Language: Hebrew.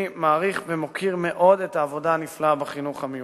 אני מעריך ומוקיר מאוד את העבודה הנפלאה בחינוך המיוחד,